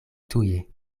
tuje